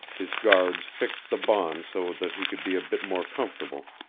his guards fixed the bonds so that he could be a bit more comfortable,